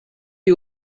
est